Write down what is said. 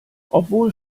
obwohl